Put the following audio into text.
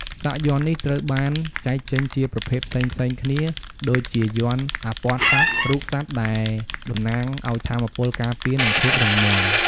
សាកយ័ន្តនេះត្រូវបានចែកចេញជាប្រភេទផ្សេងៗគ្នាដូចជាយ័ន្តអាព័ទ្ធសត្វ រូបសត្វដែលតំណាងឲ្យថាមពលការពារ និងភាពរឹងមាំ។